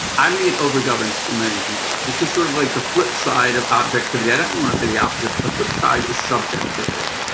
um think it over governs too many people, because sort of like the flip side of objectivity, i don't want to say the opposite, but the flip side is subjectivity.